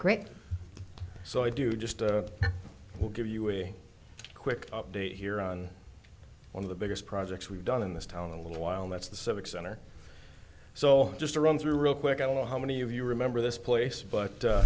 u so i do just to give you a quick update here on one of the biggest projects we've done in this town a little while that's the civic center so just to run through real quick i don't know how many of you remember this place but